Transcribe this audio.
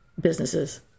businesses